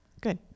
Good